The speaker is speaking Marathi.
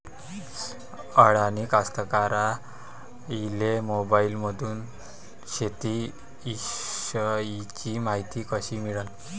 अडानी कास्तकाराइले मोबाईलमंदून शेती इषयीची मायती कशी मिळन?